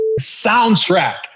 soundtrack